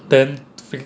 then